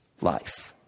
life